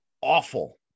awful